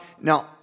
Now